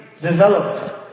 developed